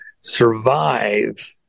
survive